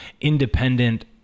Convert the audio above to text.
independent